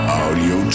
audio